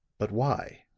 but why?